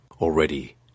Already